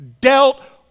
dealt